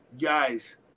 Guys